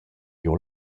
giò